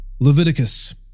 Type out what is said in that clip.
Leviticus